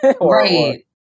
Right